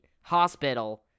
hospital